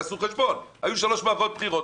תעשו חשבון: היו שלוש מערכות בחירות,